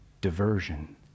diversion